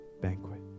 banquet